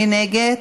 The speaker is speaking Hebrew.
מי נגד?